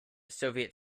soviet